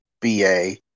BA